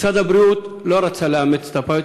משרד הבריאות לא רצה לאמץ את הפיילוט,